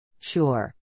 Sure